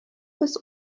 bis